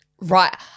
Right